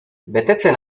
betetzen